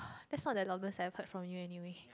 that's not the longest I have heard from you anyway